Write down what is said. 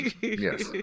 Yes